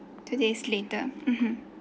two days later mmhmm